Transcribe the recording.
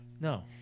no